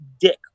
dick